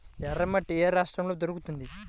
ఎర్రమట్టి ఏ రాష్ట్రంలో దొరుకుతుంది?